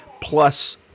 plus